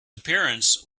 appearance